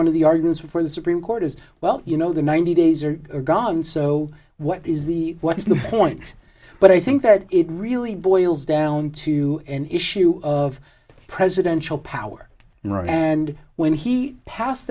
one of the arguments for the supreme court as well you know the ninety days are gone so what is the what is the point but i think that it really boils down to an issue of presidential power and when he passed